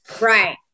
Right